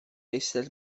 eistedd